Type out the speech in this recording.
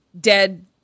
dead